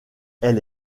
elle